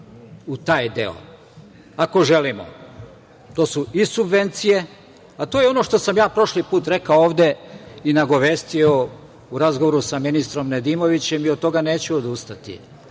u taj deo, ako želimo, to su i subvencije, a to je ono što sam ja prošli put rekao ovde i nagovestio u razgovoru sa ministrom Nedimovićem i od toga neću odustati.